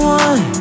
one